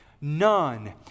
none